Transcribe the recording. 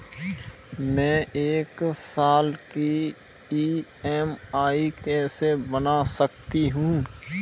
मैं एक साल की ई.एम.आई कैसे बना सकती हूँ?